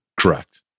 correct